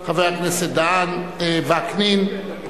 17 בעד, אין מתנגדים, אין נמנעים.